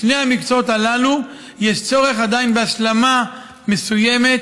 בשני המקצועות הללו יש עדיין צורך בהשלמה מסוימת